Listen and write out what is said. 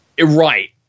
right